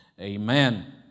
amen